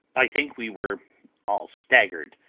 i think we were all staggered.